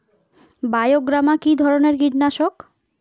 বায়োগ্রামা কিধরনের কীটনাশক?